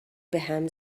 بهم